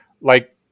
Like-